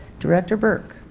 director burke